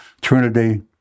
Trinity